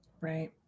Right